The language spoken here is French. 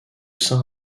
saint